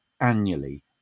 annually